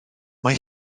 mae